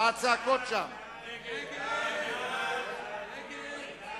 הצעת הסיכום שהביא חבר הכנסת רוברט אילטוב נתקבלה.